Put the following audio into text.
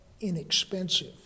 inexpensive